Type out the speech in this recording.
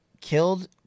killed